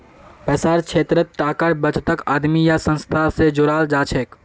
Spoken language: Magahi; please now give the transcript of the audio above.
पैसार क्षेत्रत टाकार बचतक आदमी या संस्था स जोड़ाल जाछेक